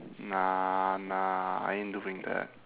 nah nah I ain't doing that